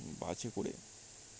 বাসে করে